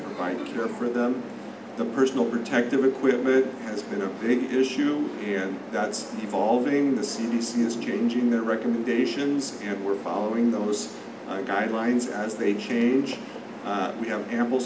care for them the personal protective equipment has been a big issue here that's evolving the c d c is changing their recommendations and we're following those guidelines as they change we have ample